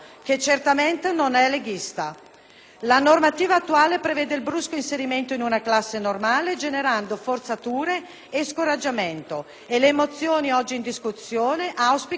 La normativa attuale prevede il brusco inserimento in una classe normale generando forzature e scoraggiamento; e le mozioni oggi in discussione auspicano il mantenimento dello *status quo*.